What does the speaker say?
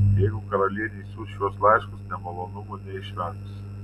jeigu karalienė išsiųs šiuos laiškus nemalonumų neišvengs